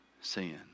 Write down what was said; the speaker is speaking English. sin